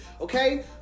okay